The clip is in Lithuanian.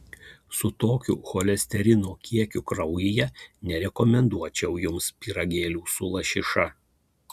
su tokiu cholesterino kiekiu kraujyje nerekomenduočiau jums pyragėlių su lašiša